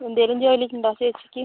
എന്തെങ്കിലും ജോലി ഉണ്ടോ ചേച്ചിക്ക്